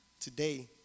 today